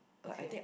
okay